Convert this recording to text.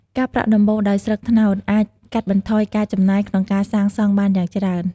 ការប្រក់ដំបូលដោយស្លឹកត្នោតអាចកាត់បន្ថយការចំណាយក្នុងការសាងសង់បានយ៉ាងច្រើន។